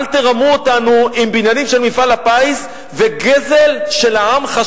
אל תרמו אותנו עם בניינים של מפעל הפיס וגזל של עמך,